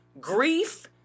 grief